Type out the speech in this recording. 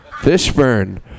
Fishburn